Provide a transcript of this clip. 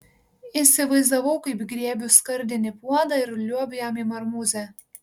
įsivaizdavau kaip griebiu skardinį puodą ir liuobiu jam į marmūzę